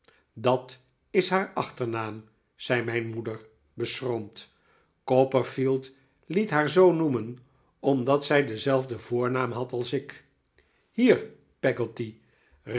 dat is haar achternaam zei mijn moeder beschroomd copperfield liet haar zoo noemen omdat zij denzelfden voornaam had als ik hier